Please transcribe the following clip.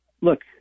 look